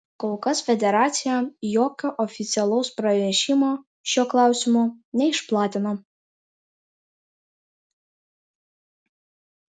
kol kas federacija jokio oficialaus pranešimo šiuo klausimu neišplatino